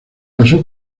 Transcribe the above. casó